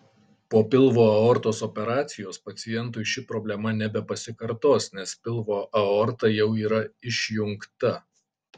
po pilvo aortos operacijos pacientui ši problema nebepasikartos nes pilvo aorta jau yra išjungta